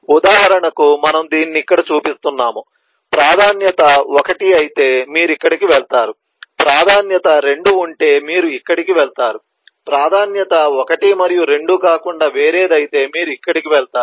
ఉదాహరణకు మనము దీన్ని ఇక్కడ చూపిస్తున్నాము ప్రాధాన్యత 1 అయితే మీరు ఇక్కడికి వెళతారు ప్రాధాన్యత 2 ఉంటే మీరు ఇక్కడికి వెళతారు ప్రాధాన్యత 1 మరియు 2 కాకుండా వేరేది అయితే మీరు ఇక్కడికి వెళతారు